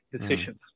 decisions